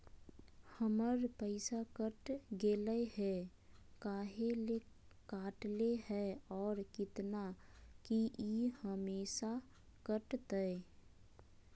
हमर पैसा कट गेलै हैं, काहे ले काटले है और कितना, की ई हमेसा कटतय?